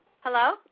Hello